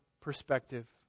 perspective